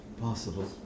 possible